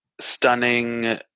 Stunning